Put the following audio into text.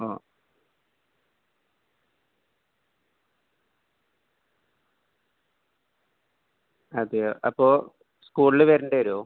ഓ അതെയോ അപ്പോൾ സ്കൂളിൽ വരേണ്ടി വരുവോ